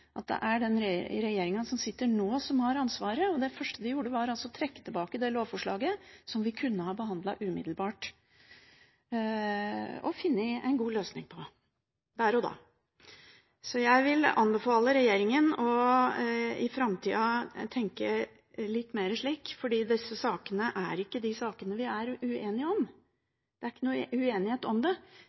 at det er den regjeringen som sitter nå, som har ansvaret, og det første de gjorde, var altså å trekke tilbake det lovforslaget vi kunne ha behandlet umiddelbart og funnet en god løsning på der og da. Jeg vil anbefale regjeringen i framtida å tenke litt mer slik, for disse sakene er ikke de sakene vi er uenige om. Det er ikke noen uenighet, det